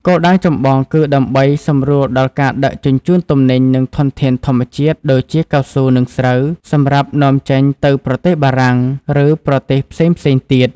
គោលដៅចម្បងគឺដើម្បីសម្រួលដល់ការដឹកជញ្ជូនទំនិញ និងធនធានធម្មជាតិ ដូចជាកៅស៊ូ និងស្រូវ សម្រាប់នាំចេញទៅប្រទេសបារាំង ឬប្រទេសផ្សេងៗទៀត។